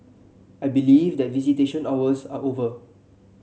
I believe that visitation hours are over